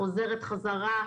חוזרת חזרה,